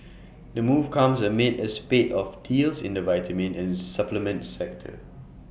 the move comes amid A spate of deals in the vitamin and supplement sector